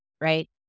right